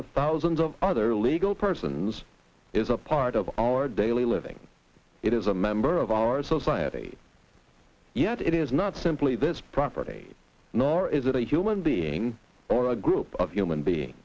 with thousands of other legal persons is a part of our daily living it is a member of our society yet it is not simply this property nor is it a human being or a group of human being